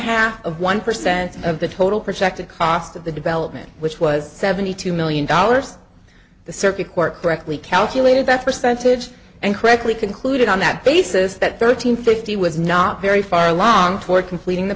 half of one percent of the total projected cost of the development which was seventy two million dollars the circuit court correctly calculated that percentage and correctly concluded on that basis that thirteen fifty was not very far along toward completing the